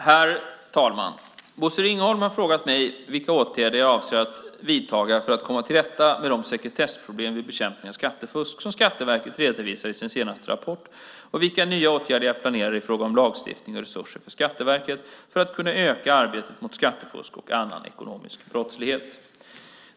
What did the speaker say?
Herr talman! Bosse Ringholm har frågat mig vilka åtgärder jag avser att vidta för att komma till rätta med de sekretessproblem vid bekämpning av skattefusk som Skatteverket redovisar i sin senaste rapport och vilka nya åtgärder jag planerar i fråga om lagstiftning och resurser för Skatteverket för att kunna öka arbetet mot skattefusk och annan ekonomisk brottslighet.